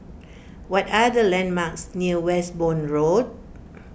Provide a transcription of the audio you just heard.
what are the landmarks near Westbourne Road